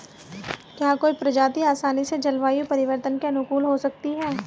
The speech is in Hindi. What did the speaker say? क्या कोई प्रजाति आसानी से जलवायु परिवर्तन के अनुकूल हो सकती है?